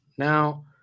Now